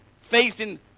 facing